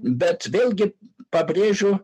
bet vėlgi pabrėžiu